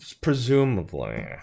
presumably